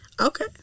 Okay